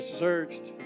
searched